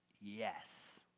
Yes